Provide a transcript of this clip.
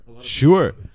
Sure